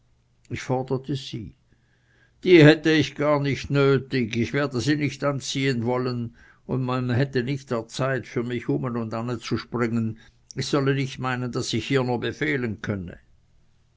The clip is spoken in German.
ich forderte sie die hätte ich gar nicht nötig ich werde sie nicht anziehen wollen und man hätte nicht der zeit für mich ume und ane zu springen ich solle nicht meinen daß ich hier nur befehlen könne